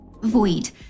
Void